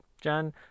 John